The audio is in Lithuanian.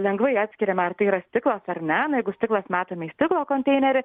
lengvai atskiriama ar tai yra stiklas ar ne na jeigu stiklas metame stiklo konteinerį